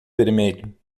vermelho